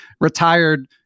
retired